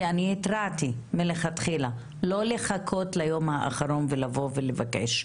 כי אני התרעתי מלכתחילה לא לחכות ליום האחרון ולבוא ולבקש,